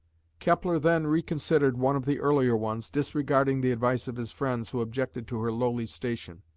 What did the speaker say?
kepler then reconsidered one of the earlier ones, disregarding the advice of his friends who objected to her lowly station.